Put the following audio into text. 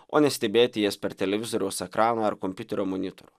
o ne stebėti jas per televizoriaus ekraną ar kompiuterio monitorių